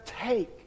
take